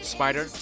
Spider